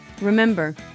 remember